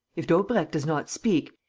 if daubrecq does not speak,